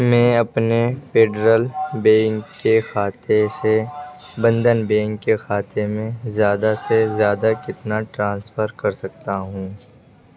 میں اپنے federal bank کے خاتے سے بندھن بینک کے خاتے میں زیادہ سے زیادہ کتنا ٹرانسفر کر سکتا ہوں